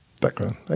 background